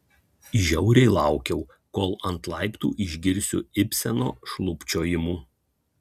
žiauriai laukiau kol ant laiptų išgirsiu ibseno šlubčiojimų